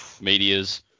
medias